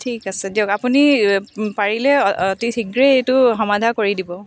ঠিক আছে দিয়ক আপুনি পাৰিলে অতি শীঘ্ৰে এইটো সমাধা কৰি দিব